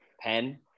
pen